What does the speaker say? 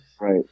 Right